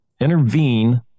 intervene